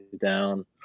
down